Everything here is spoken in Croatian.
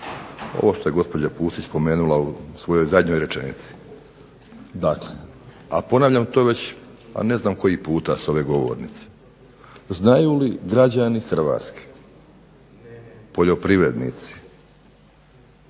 Ovo što je gospođa Pusić spomenula u svojoj zadnjoj rečenici. Dakle, a ponavljam to već pa ne znam koji puta s ove govornice. Znaju li građani Hrvatske poljoprivrednici,